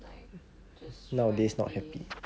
like this kind of feeling